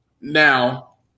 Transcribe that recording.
Now